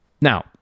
Now